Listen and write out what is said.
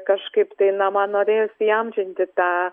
kažkaip tai na man norėjosi įamžinti tą